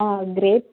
ஆ grape